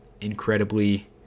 incredibly